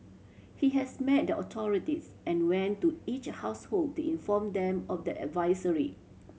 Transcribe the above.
he has met the authorities and went to each household to inform them of the advisory